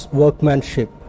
workmanship